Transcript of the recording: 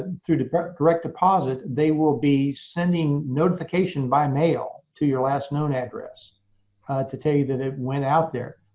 ah through but direct deposit, they will be sending notification by mail to your last known address to tell you that it went out there.